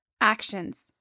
Actions